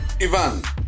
Ivan